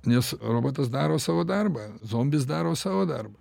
nes robotas daro savo darbą zombis daro savo darbą